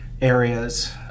areas